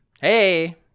Hey